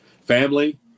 family